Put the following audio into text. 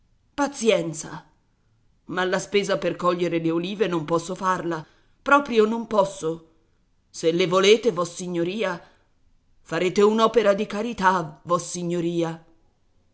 pazienza ma la spesa per coglier le olive non posso farla proprio non posso se le volete vossignoria farete un'opera di carità vossignoria